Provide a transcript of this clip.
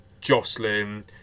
Jocelyn